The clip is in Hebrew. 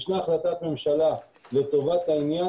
ישנה החלטת ממשלה לטובת העניין,